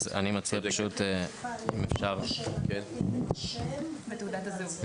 צריך את הפרטים המלאים, שם ותעודת זהות.